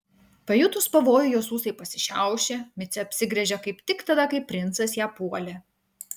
pajutus pavojų jos ūsai pasišiaušė micė apsigręžė kaip tik tada kai princas ją puolė